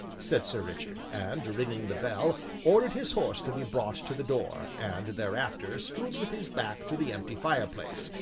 said sir richard, and ringing the bell ordered his horse to be brought to the door, and thereafter stood with his back to the empty fireplace,